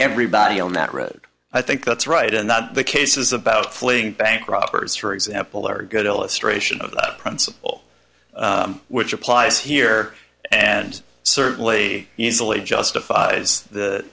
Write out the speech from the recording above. everybody on that road i think that's right and that the cases about fleeing bank robbers for example are good illustration of the principle which applies here and certainly easily justifies the